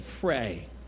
pray